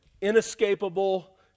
inescapable